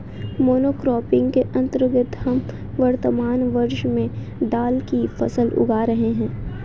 monocropping के अंतर्गत हम वर्तमान वर्ष में दाल की फसल उगा रहे हैं